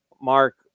Mark